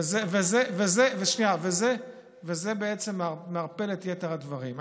וזה בעצם מערפל את יתר הדברים.